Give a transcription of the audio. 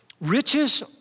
Riches